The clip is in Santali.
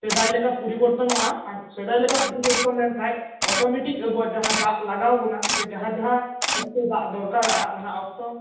ᱥᱮᱫᱟᱭ ᱞᱮᱠᱟ ᱯᱚᱨᱤᱵᱚᱨᱛᱚᱱᱚᱜᱼᱟ ᱟᱨ ᱥᱮᱫᱟᱭ ᱞᱮᱠᱟ ᱯᱚᱨᱤᱵᱚᱨᱛᱚᱱ ᱞᱮᱱᱠᱷᱟᱡᱽ ᱚᱴᱚᱢᱮᱴᱤᱠ ᱟᱵᱚᱭᱟᱜ ᱡᱟᱦᱟᱸ ᱫᱟᱜ ᱞᱟᱜᱟᱣ ᱵᱚᱱᱟ ᱥᱮ ᱡᱟᱦᱟᱸ ᱡᱟᱦᱟᱸ ᱚᱠᱛᱚ ᱫᱟᱜ ᱫᱚᱨᱠᱟᱨᱚᱜᱼᱟ ᱚᱱᱟ ᱚᱠᱛᱚ